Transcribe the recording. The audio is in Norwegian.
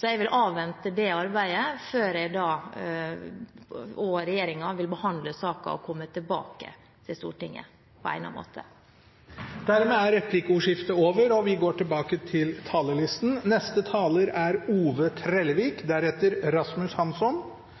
Jeg avventer det arbeidet før regjeringen vil behandle saken og komme tilbake til Stortinget på egnet måte. Dermed er replikkordskiftet over. De talere som heretter får ordet, har en taletid på inntil 3 minutter. Eg forstår det slik at SV og Venstre er